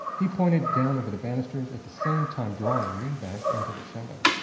he pointed down over the banisters, at the same time drawing me back into the shadow.